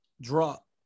drop